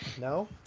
No